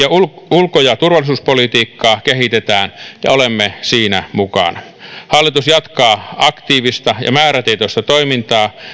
ulko ja turvallisuuspolitiikkaa kehitetään ja olemme siinä mukana hallitus jatkaa aktiivista ja määrätietoista toimintaa